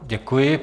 Děkuji.